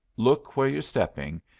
look where you're stepping.